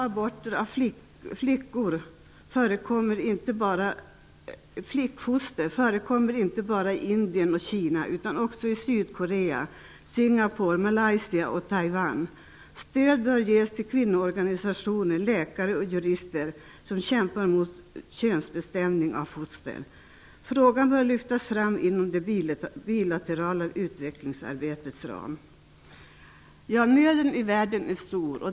Aborter av flickfoster förekommer inte bara i Indien och Kina utan också i Sydkorea, Singapore, Malaysia och Taiwan. Stöd bör ges till kvinnoorganisationer, läkare och jurister som kämpar mot könsbestämning av foster. Frågan bör lyftas fram inom det bilaterala utvecklingsarbetets ram. Nöden i världen är stor.